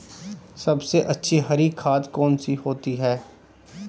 सबसे अच्छी हरी खाद कौन सी होती है?